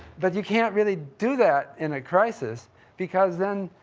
but you can't really do that in a crisis because then,